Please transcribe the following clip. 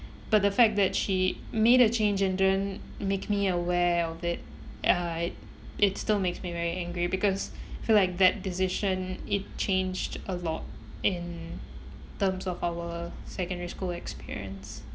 but the fact that she made a change and didn't make me aware of it ya it it still makes me very angry because for like that decision it changed a lot in terms of our secondary school experience